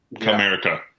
America